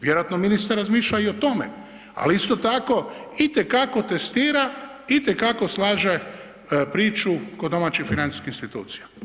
Vjerojatno ministar razmišlja i o tome, ali isto tako, itekako testira, itekako slaže priču kod domaćih financijskih institucija.